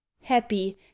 Happy